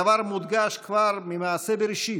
הדבר מודגש כבר ממעשה בראשית,